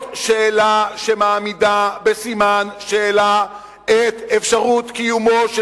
שמעמידה בסימן שאלה את אפשרות קיומו של